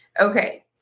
Okay